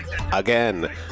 Again